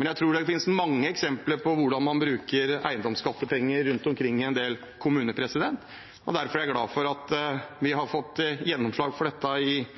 Men jeg tror det finnes mange eksempler på hvordan man bruker eiendomsskattepenger rundt omkring i en del kommuner, og det er derfor jeg er glad for at vi har fått gjennomslag for dette i